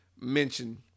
mention